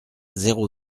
zéro